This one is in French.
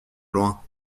loin